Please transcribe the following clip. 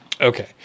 Okay